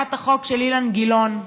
הצעת החוק של אילן גילאון,